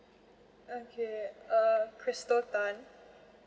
okay uh crystal tan